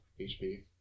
HP